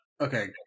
Okay